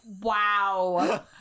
wow